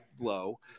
low